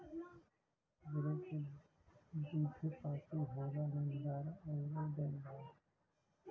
ऋण क दूठे पार्टी होला लेनदार आउर देनदार